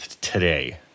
today